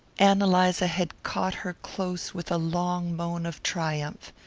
ann eliza had caught her close with a long moan of triumph.